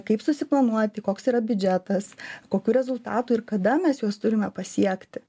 kaip susiplanuoti koks yra biudžetas kokių rezultatų ir kada mes juos turime pasiekti